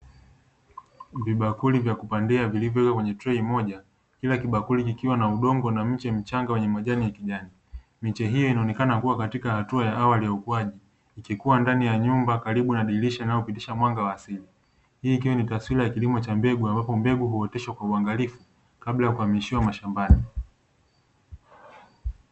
Vibakuli vya kupandia vilivyowekwa kwenye trei moja, kila kibakuli kikiwa na udongo na mche mchanga wenye majani ya kijani. Miche hiyo inaonekana kuwa katika hatua awali ya ukuaji, ikikua ndani ya nyumba inayopitisha mwanga wa asili. Hii ikiwa ni taswira ya kilimo cha mbegu, ambapo mbegu huoteshwa kwa uangalifu kabla ya kuhamishiwa mashambani.